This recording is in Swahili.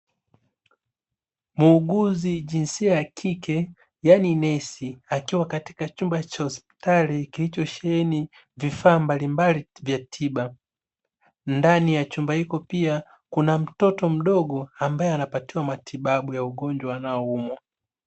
Muuguzi jinsia ya kike yaani nesi, akiwa katika chumba cha hospitali kilichosheheni vifaa mbalimbali vya tiba. Ndani ya chumba hiko pia kuna mtoto mdogo, ambaye anapatiwa matibabu ya ugonjwa anaoumwa.